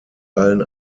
allen